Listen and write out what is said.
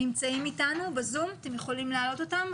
נמצאים אתנו מיכל גריסטן ואורן